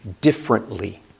differently